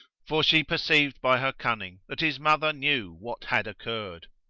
for she perceived by her cunning that his mother knew what had occurred.